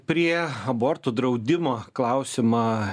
prie abortų draudimo klausimą